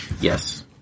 Yes